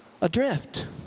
adrift